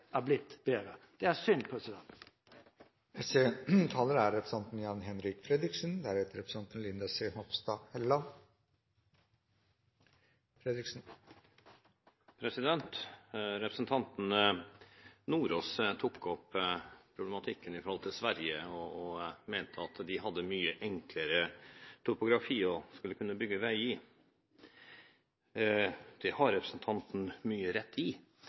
er blitt bedre. Det er synd. Representanten Sjelmo Nordås tok opp problematikken i forhold til Sverige, og mente at de hadde mye enklere topografi å bygge vei i. Det har representanten mye rett i.